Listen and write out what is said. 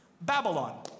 Babylon